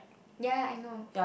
ya ya I know